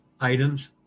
items